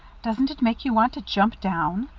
doesn't it make you want to jump down?